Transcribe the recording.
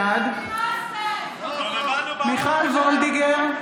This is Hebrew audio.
בעד מיכל וולדיגר,